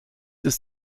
ist